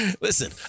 Listen